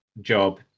job